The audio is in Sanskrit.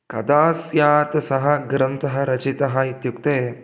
कदा स्यात् सः ग्रन्थः रचितः इत्युक्ते